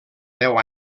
deu